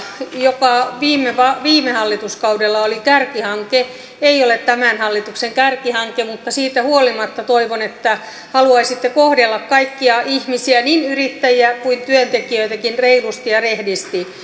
joka viime hallituskaudella oli kärkihanke ei ole tämän hallituksen kärkihanke mutta siitä huolimatta toivon että haluaisitte kohdella kaikkia ihmisiä niin yrittäjiä kuin työntekijöitäkin reilusti ja rehdisti